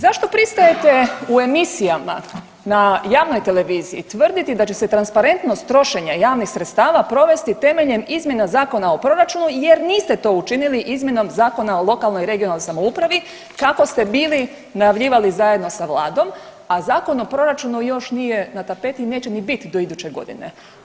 Zašto pristajete u emisijama, na javnoj televiziji, tvrditi da će se transparentnost trošenja javnih sredstava provesti temeljem izmjena zakona o proračunu jer niste to učinili izmjenom Zakona o lokalnoj i regionalnoj samoupravi, kako ste bili najavljivali zajedno sa Vladom, a zakon o proračunu još nije na tapeti i neće ni bit do iduće godine.